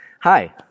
Hi